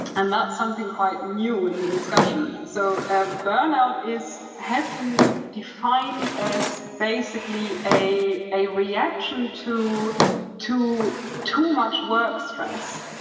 and that's something quite new in the discussion and so and burnout has been defined as basically a a reaction to too too much work stress,